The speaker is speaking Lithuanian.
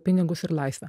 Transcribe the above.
pinigus ir laisvę